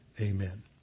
amen